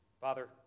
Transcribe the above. Father